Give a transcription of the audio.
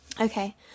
Okay